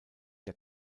der